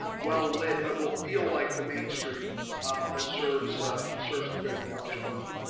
well, if that will feel like the main street that serves serves the greater college park.